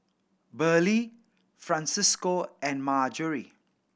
Burleigh Francisco and Marjorie